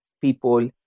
people